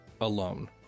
alone